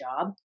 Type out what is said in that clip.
job